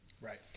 Right